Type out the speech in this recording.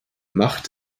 macht